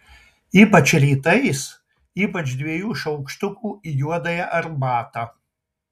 ypač rytais ypač dviejų šaukštukų į juodąją arbatą